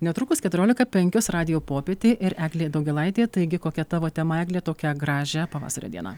netrukus keturiolika penkios radijo popietė ir eglė daugėlaitė taigi kokia tavo tema egle tokią gražią pavasario dieną